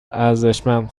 ارزشمند